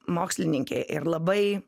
mokslininkė ir labai